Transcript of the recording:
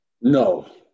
No